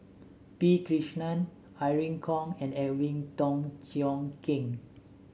P Krishnan Irene Khong and Alvin Tan Cheong Kheng